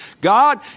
God